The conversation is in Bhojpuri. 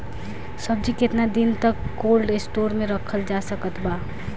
सब्जी केतना दिन तक कोल्ड स्टोर मे रखल जा सकत बा?